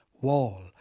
wall